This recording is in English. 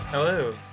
Hello